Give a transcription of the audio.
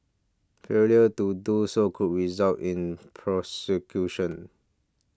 failure to do so could result in prosecution